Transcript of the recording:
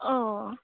অঁ